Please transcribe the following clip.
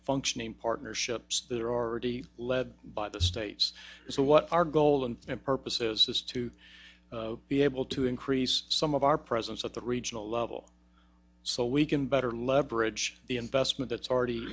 functioning partnerships that are already led by the states so what our goals and purposes is to be able to increase some of our presence at the regional level so we can better leverage the investment that's already